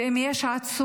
ואם יש עצור,